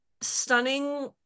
stunning